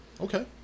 Okay